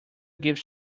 gives